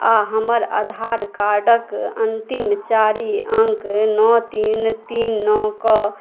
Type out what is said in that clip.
आओर हमर आधार कार्डके अन्तिम चारि अङ्क नओ तीन तीन नओके